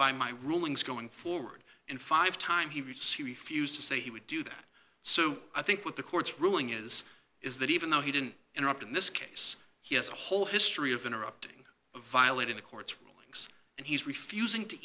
rulings going forward and five time he refused to say he would do that so i think what the court's ruling is is that even though he didn't interrupt in this case he has a whole history of interrupting violating the court's rulings and he's refusing to